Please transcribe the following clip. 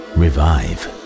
revive